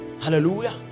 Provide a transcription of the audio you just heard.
Hallelujah